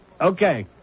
Okay